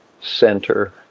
center